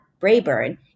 Brayburn